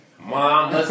Mom